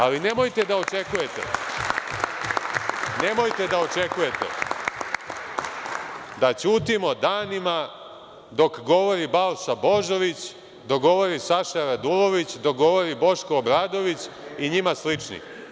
Ali, nemojte da očekujete, nemojte da očekujete da ćutimo danima dok govori Balša Božović, dok govori Saša Radulović, dok govori Boško Obradović, i njima slični.